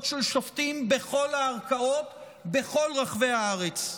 של שופטים בכל הערכאות בכל רחבי הארץ.